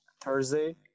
Thursday